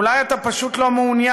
אולי אתה פשוט לא מעוניין.